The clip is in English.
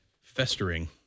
festering